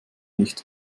nicht